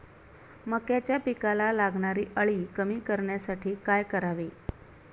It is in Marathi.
मक्याच्या पिकाला लागणारी अळी कमी करण्यासाठी काय करावे?